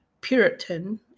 Puritan